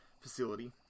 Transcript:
facility